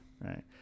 right